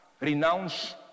renounce